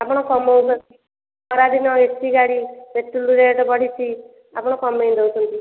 ଆପଣ କମଉ ଖରାଦିନ ଏସି ଗାଡ଼ି ପେଟ୍ରୋଲ ରେଟ୍ ବଢ଼ିଛି ଆପଣ କମେଇ ଦେଉଛନ୍ତି